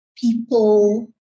people